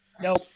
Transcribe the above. Nope